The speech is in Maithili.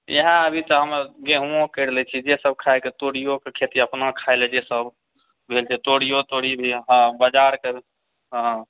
इएह अभी तऽ हम गेहूँओ करि लैत छी जेभ खाइके तोरिओके खेती अपना खायलऽ जेसभ भेल तोरिओ तोरी भी हँ बाजारके हँ